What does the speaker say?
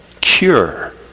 cure